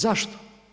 Zašto?